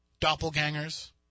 Doppelgangers